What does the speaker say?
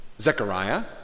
Zechariah